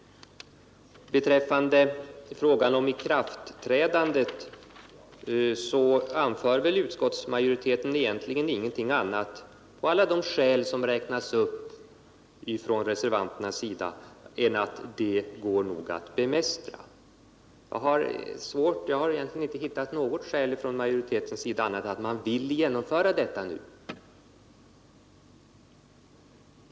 Beträffande frågan om ikraftträdandet anför utskottsmajoriteten egentligen ingenting annat som svar på alla de skäl som räknas upp från reservanternas sida än att ”det nog går att bemästra”. Jag har inte hittat något skäl från majoritetens sida för att genomföra detta nu.